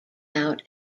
out